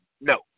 no